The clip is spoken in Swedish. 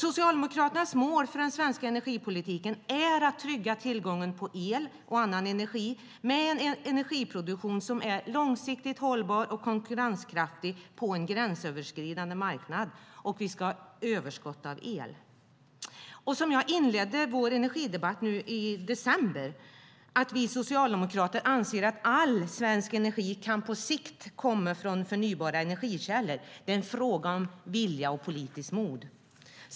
Socialdemokraternas mål för den svenska energipolitiken är att trygga tillgången på el och annan energi med en energiproduktion som är långsiktigt hållbar och konkurrenskraftig på en gränsöverskridande marknad, och vi ska ha överskott av el. Jag inledde vår energidebatt nu i december med att säga att vi socialdemokrater anser att all svensk energi kan på sikt komma från förnybara energikällor. Det är en fråga om vilja och politiskt mod.